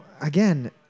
again